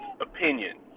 opinion